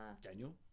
Daniel